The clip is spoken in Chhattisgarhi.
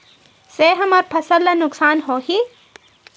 से हमर फसल ला नुकसान होही?